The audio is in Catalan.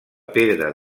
pedra